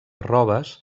robes